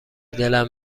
دلم